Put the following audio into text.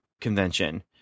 convention